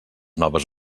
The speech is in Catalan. noves